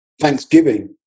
Thanksgiving